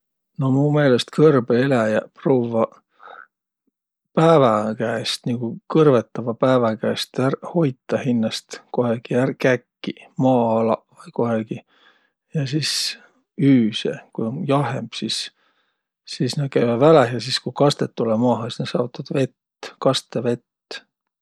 No mu meelest kõrbõeläjäq pruuvvaq päävä käest, kõrvõtava päävä käest ärq hoitaq hinnäst, et kohegi ärq käkkiq, maa alaq vai kohegi. Ja sis üüse, ku um jahhemb, sis nä kääväq väläh ja ku kastõq tulõ maaha, siis nä joovaq tuud vett, kastõvett.